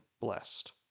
blessed